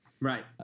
Right